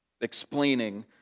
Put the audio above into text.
explaining